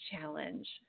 challenge